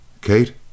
Kate